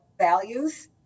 values